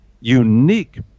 unique